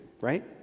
right